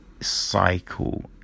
cycle